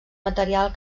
material